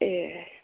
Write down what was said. ए